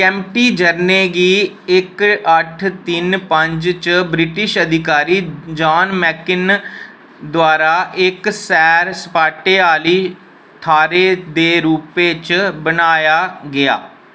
केम्पटी झरने गी इक अट्ठ तिन पंज च ब्रिटिश अधिकारी जॉन मेकिनन द्वारा इक सैर सपाटे आह्ली थाह्रै दे रूपै च बनाया गेआ